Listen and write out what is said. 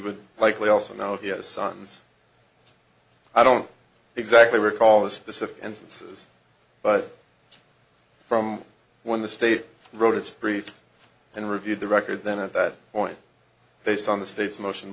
would likely also know yes sons i don't exactly recall the specific instances but from when the state wrote its brief and reviewed the record then at that point based on the state's motion